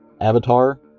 avatar